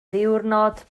ddiwrnod